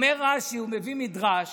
אמר רש"י, הוא מביא מדרש